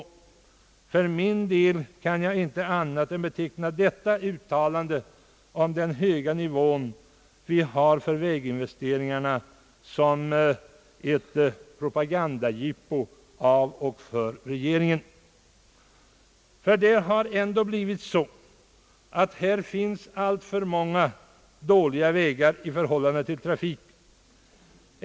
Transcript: För min del kan jag inte beteckna detta uttalande om väginvesteringarnas höga nivå annat än som ett propagandajippo av och för regeringen. Det finns alltför många dåliga vägar i förhållande till trafiken.